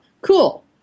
Cool